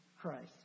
Christ